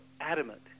adamant